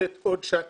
ולתת עוד שאטלים.